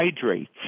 hydrates